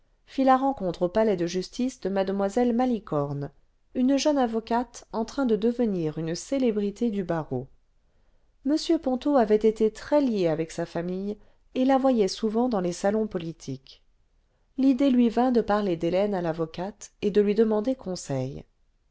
fit la rencontre au palais de justice de m malicome une voleurs aeriens jeune avocate en train de devenir une célébrité du barreau m ponto avait été très lié avec sa famille et la voyait souvent dans les salons politiques l'idée lui vint de parler d'hélène à l'avocate et de lui demander conseil